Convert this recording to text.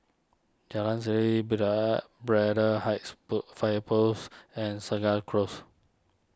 Jalan Serene bida Braddell Heights Po Fire Post and Segar Close